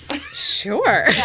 Sure